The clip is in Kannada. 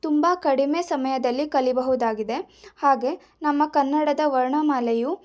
ತುಂಬ ಕಡಿಮೆ ಸಮಯದಲ್ಲಿ ಕಲಿಯಬಹುದಾಗಿದೆ ಹಾಗೆ ನಮ್ಮ ಕನ್ನಡದ ವರ್ಣಮಾಲೆಯು